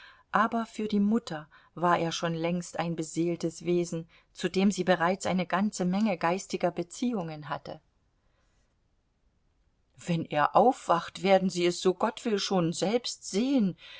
aber für die mutter war er schon längst ein beseeltes wesen zu dem sie bereits eine ganze menge geistiger beziehungen hatte wenn er aufwacht werden sie es so gott will schon selbst sehen